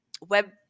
web